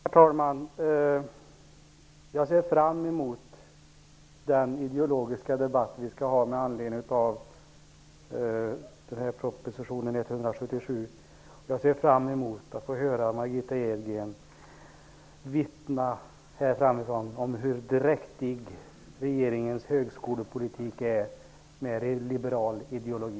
Fru talman! Jag ser fram emot den ideologiska debatt vi skall ha med anledning av proposition 177. Jag ser fram emot att få höra Margitta Edgren vittna hur dräktig regeringens högskolepolitik är med liberal ideologi.